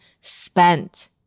spent